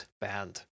banned